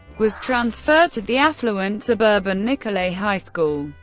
was transferred to the affluent suburban nicolet high school,